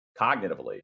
cognitively